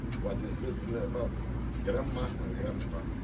what is written about grandma and grandpa.